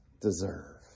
deserve